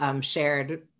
shared